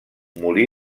molí